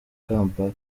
kampala